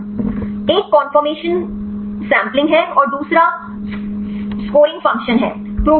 Search algorithm एक conformation sampling है और दूसरा फंक्शन स्कोरिंग है